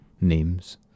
names